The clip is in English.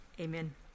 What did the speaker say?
Amen